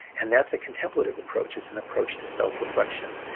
and that's a contemplative approach. it's an approach to self-reflection.